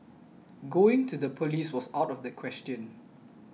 going to the police was out of the question